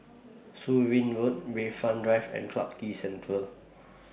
Surin Road Bayfront Drive and Clarke Quay Central